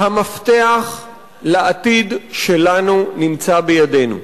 המפתח לעתיד שלנו נמצא בידינו.